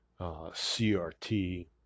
CRT